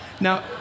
Now